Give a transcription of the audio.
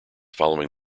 following